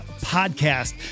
Podcast